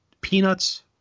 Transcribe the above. peanuts